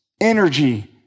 energy